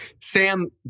Sam